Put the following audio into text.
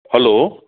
hello